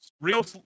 real